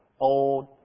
old